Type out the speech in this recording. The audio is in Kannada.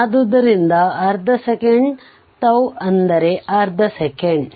ಆದ್ದರಿಂದ ಅರ್ಧ ಸೆಕೆಂಡ್ τ ಅರ್ಧ ಸೆಕೆಂಡ್